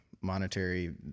monetary